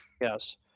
Yes